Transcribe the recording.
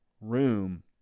room